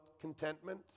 contentment